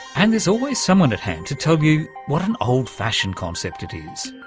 and there's always someone at hand to tell you what an old-fashioned concept it is.